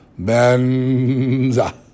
Benza